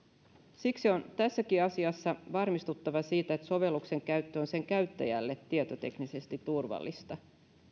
siksi on tässäkin asiassa varmistuttava siitä että sovelluksen käyttö on sen käyttäjälle tietoteknisesti turvallista